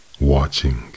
watching